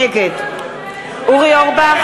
נגד אורי אורבך,